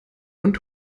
und